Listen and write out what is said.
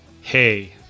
Hey